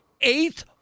eighth